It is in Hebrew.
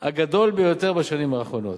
הגדול ביותר בשנים האחרונות.